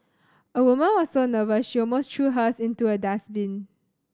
a woman was so nervous she almost threw hers into a dustbin